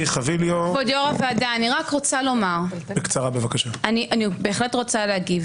כבוד יו"ר הוועדה, אני בהחלט רוצה להגיב.